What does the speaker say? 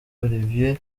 olivier